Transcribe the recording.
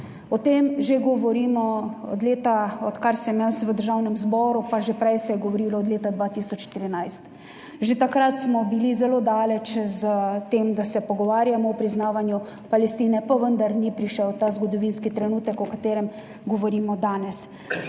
O tem že govorimo odkar sem jaz v Državnem zboru pa že prej se je govorilo, od leta 2014. Že takrat smo bili zelo daleč s tem, da se pogovarjamo o priznavanju Palestine, pa vendar ni prišel ta zgodovinski trenutek, o katerem govorimo danes.